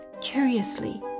Curiously